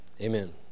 Amen